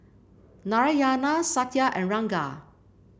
Narayana Satya and Ranga